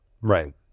Right